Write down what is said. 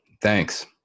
Thanks